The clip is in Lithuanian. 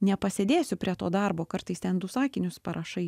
nepasėdėsiu prie to darbo kartais ten du sakinius parašai